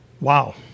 Wow